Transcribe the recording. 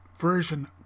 version